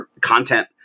content